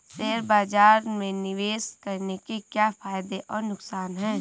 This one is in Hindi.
शेयर बाज़ार में निवेश करने के क्या फायदे और नुकसान हैं?